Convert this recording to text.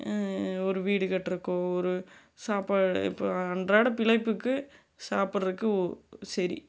ஒரு வீடு கட்றதுக்கோ ஒரு சாப்பா இப்போ அன்றாட பிழைப்புக்குச் சாப்பிட்றக்கு ஒ சரி